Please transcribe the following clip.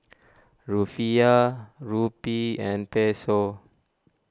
Rufiyaa Rupee and Peso